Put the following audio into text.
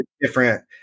different